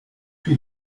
she